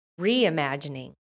reimagining